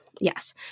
Yes